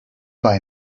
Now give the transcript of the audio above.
buy